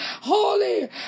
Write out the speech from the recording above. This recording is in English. holy